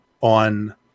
on